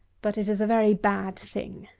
but it is a very bad thing.